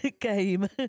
game